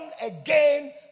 again